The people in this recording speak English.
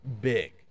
big